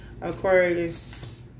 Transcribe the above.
Aquarius